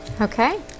Okay